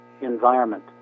environment